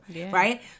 Right